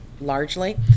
largely